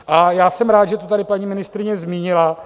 A já jsem rád, že to tady paní ministryně zmínila.